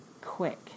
quick